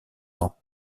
dans